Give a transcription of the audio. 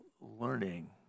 learning